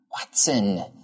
Watson